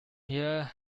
here